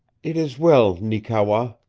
it is well, neekewa,